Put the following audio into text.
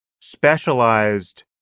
specialized